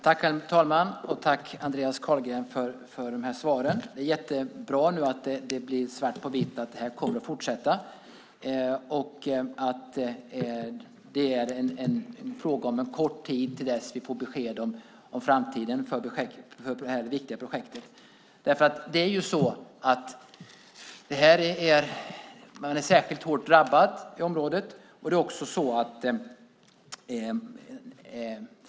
Herr talman! Jag tackar Andreas Carlgren för svaren. Det är jättebra att vi nu får svart på vitt att det här kommer att fortsätta och att det är fråga om en kort tid till dess vi får besked om framtiden för det här viktiga projektet. Man är särskilt hårt drabbad i det här området.